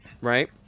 right